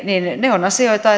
niin ne ovat asioita